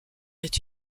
est